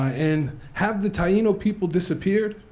ah and, have the taino people disappeared?